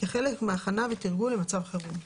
כחלק מהכנה ותרגול למצב חירום.